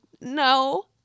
no